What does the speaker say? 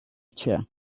chair